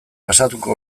pasatuko